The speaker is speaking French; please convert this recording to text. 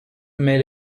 mais